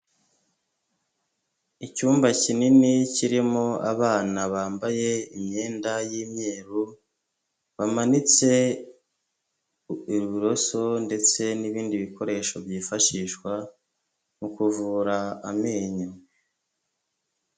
Icyumba kinini kirimo abana bambaye imyenda y'imyeru, bamanitse uburoso ndetse n'ibindi bikoresho byifashishwa mu kuvura amenyo.